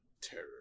terror